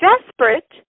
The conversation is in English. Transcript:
desperate